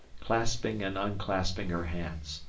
clasping and unclasping her hands.